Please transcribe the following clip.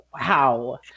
wow